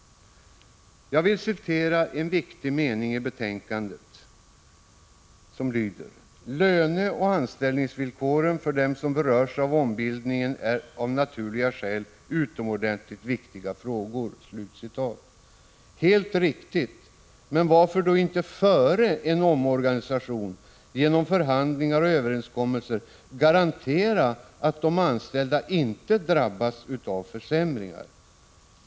Jag vill citera en viktig mening i betänkandet: | ”Löneoch anställningsvillkoren för dem som berörs av ombildningen är av naturliga skäl utomordentligt viktiga frågor.” Helt riktigt — men varför då inte före en omorganisation genom förhandlingar och överenskommelser garantera att de anställda inte drabbas av försämringar?